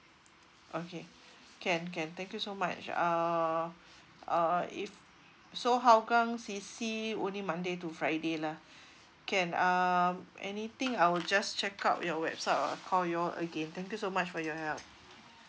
okay can can thank you so much uh uh if so hougang C_C only monday to friday lah can um anything I'll just check out your website or call y'all again thank you so much for your help